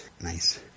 Nice